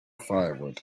firewood